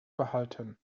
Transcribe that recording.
behalten